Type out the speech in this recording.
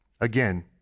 Again